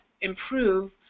improve